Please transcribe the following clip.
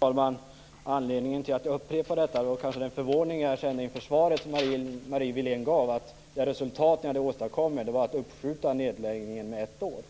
Herr talman! Anledningen till att jag upprepade detta var kanske den förvåning jag kände inför Marie Wiléns svar, nämligen att det resultat ni åstadkommit var att nedläggningen uppskjuts med ett år.